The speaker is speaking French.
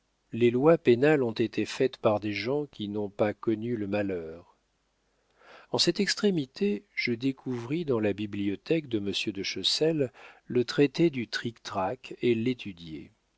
les lois pénales ont été faites par des gens qui n'ont pas connu le malheur en cette extrémité je découvris dans la bibliothèque de monsieur de chessel le traité du trictrac et l'étudiai